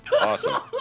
Awesome